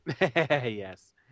Yes